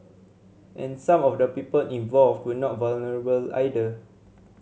and some of the people involved would not vulnerable either